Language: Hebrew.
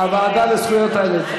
ועדת זכויות הילד.